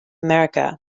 america